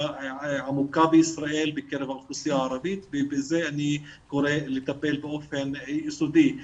עמוקה בישראל בקרב האוכלוסייה הערבית ובזה אני קורא לטפל באופן יסודי.